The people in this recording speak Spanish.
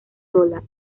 sola